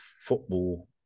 football